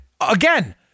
again